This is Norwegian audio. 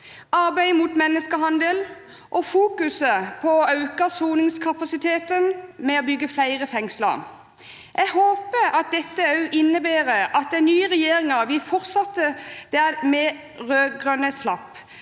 arbeidet mot menneskehandel, og det gjelder fokuseringen på å øke soningskapasiteten ved å bygge flere fengsler. Jeg håper dette også innebærer at den nye regjeringen vil fortsette der de rød-grønne slapp,